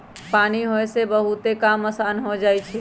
पानी होय से बहुते काम असान हो जाई छई